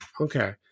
Okay